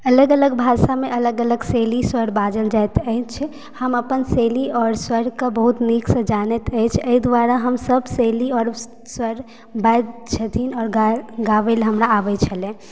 अलग अलग भाषामे अलग अलग शैली स्वर बाजल जाइत अछि हम अपन शैली आओर स्वरके बहुत नीकसँ जानैत अछि एहि दुआरे हमसभ शैली आओर स्वर बाजय छथिन आओर गाबयलऽ हमरा आबैत छलय